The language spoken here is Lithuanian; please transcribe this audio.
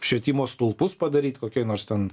švietimo stulpus padaryt kokioj nors ten